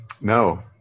No